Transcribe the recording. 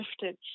shifted